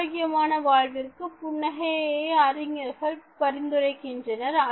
ஆரோக்கியமான வாழ்விற்கு புன்னகையை அறிஞர்கள் பரிந்துரைக்கின்றனர்